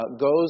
goes